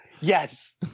Yes